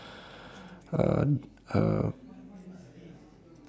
uh uh